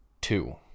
two